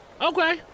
Okay